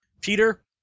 Peter